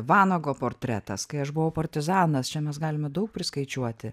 vanago portretas kai aš buvau partizanas čia mes galime daug priskaičiuoti